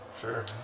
Sure